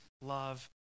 love